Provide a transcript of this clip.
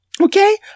Okay